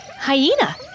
Hyena